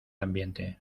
ambiente